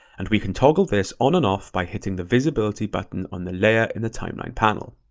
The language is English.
and we can toggle this on and off by hitting the visibility button on the layer in the timeline panel.